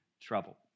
trouble